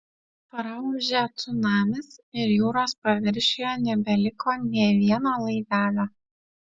praūžė cunamis ir jūros paviršiuje nebeliko nė vieno laivelio